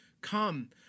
Come